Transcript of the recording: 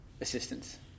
assistance